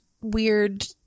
weird